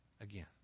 again